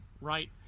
right